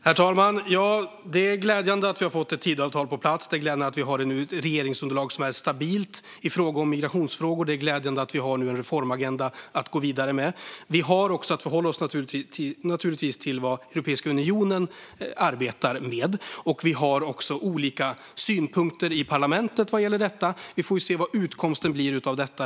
Herr talman! Det är glädjande att vi har fått Tidöavtalet på plats, det är glädjande att vi nu har ett regeringsunderlag som är stabilt i migrationsfrågor och det är glädjande att vi nu har en reformagenda att gå vidare med. Vi har naturligtvis också att förhålla oss till vad Europeiska unionen arbetar med. Vi har olika synpunkter i parlamentet vad gäller detta, och vi får se vad utgången blir.